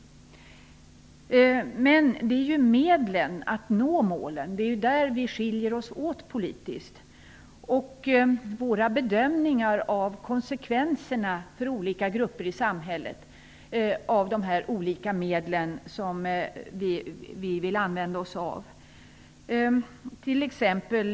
Det är när det gäller medlen att nå målen och våra bedömningar av konsekvenserna för olika grupper i samhället av de olika medlen som vi skiljer oss åt politiskt.